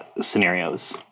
scenarios